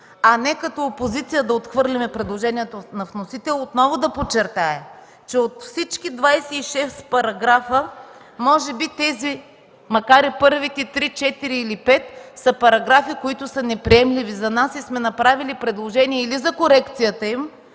а не като опозиция да отхвърляме предложението на вносител, отново да подчертая, че от всички 26 параграфа може би тези, макар и първите три, четири или пет, са параграфи, които са неприемливи за нас и сме направили предложение или за корекцията им,